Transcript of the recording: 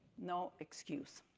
no excuse.